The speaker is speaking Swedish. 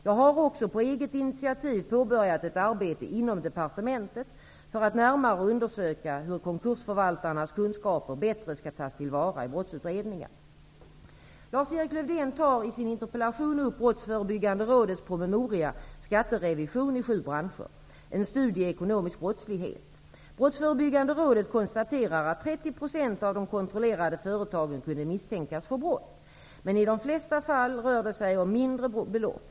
Jag har också på eget initiativ påbörjat ett arbete inom departementet för att närmare undersöka hur konkursförvaltarnas kunskaper bättre skall tas till vara i brottsutredningar. Lars-Erik Lövdén tar i sin interpellation upp Skatterevision i sju branscher -- en studie i ekonomisk brottslighet. Brottsförebyggande rådet konstaterar att 30 % av de kontrollerade företagen kunde misstänkas för brott. Men i de flesta fall rör det sig om mindre belopp.